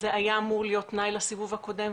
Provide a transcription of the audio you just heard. זה היה אמור להיות תנאי לסיבוב הקודם,